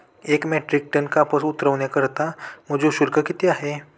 एक metric tonne कापूस उतरवण्याकरता मजूर शुल्क किती आहे?